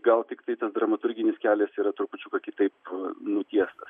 gal tiktai tas dramaturginis kelias yra trupučiuką kitaip nutiestas